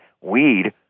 weed